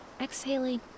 exhaling